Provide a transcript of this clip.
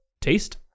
taste